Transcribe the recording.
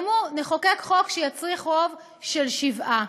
ואמרו: נחוקק חוק שיצריך רוב של שבעה.